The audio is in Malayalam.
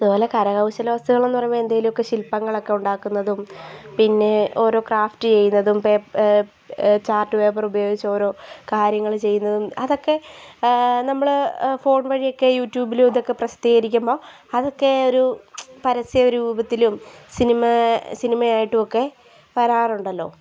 അതുപോലെ കരകൗശല വസ്തുക്കളെന്ന് പറയുമ്പോൾ എന്തെങ്കിലുമൊക്കെ ശിൽപ്പങ്ങളൊക്കെ ഉണ്ടാക്കുന്നതും പിന്നെ ഓരോ ക്രാഫ്റ്റ് ചെയ്യുന്നതും ചാർട്ട് പേപ്പർ ഉപയോഗിച്ചോരോ കാര്യങ്ങൾ ചെയ്യുന്നതും അതൊക്കെ നമ്മൾ ഫോൺ വഴിയൊക്കെ യുട്യൂബിലും ഇതൊക്കെ പ്രസിദ്ധീകരിക്കുമ്പോൾ അതൊക്കെ ഒരു പരസ്യ രൂപത്തിലും സിനിമാ സിനിമയായിട്ടൊക്കെ വരാറുണ്ടല്ലോ